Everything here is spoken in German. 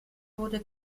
wurde